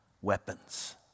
weapons